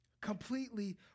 Completely